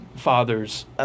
fathers